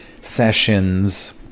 sessions